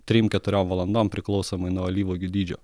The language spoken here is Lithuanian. trim keturiom valandom priklausomai nuo alyvuogių dydžio